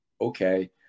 okay